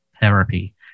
therapy